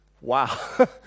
wow